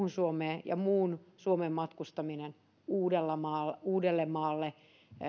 muuhun suomeen ja muun suomen matkustaminen uudellemaalle